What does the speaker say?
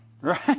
Right